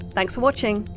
thanks for watching.